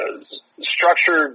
structured